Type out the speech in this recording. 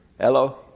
Hello